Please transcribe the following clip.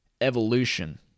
evolution